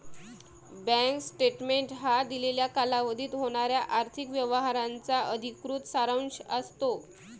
bank statement हा दिलेल्या कालावधीत होणाऱ्या आर्थिक व्यवहारांचा अधिकृत सारांश असतो